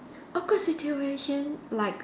awkward situation like